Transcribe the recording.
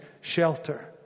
shelter